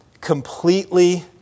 completely